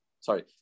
sorry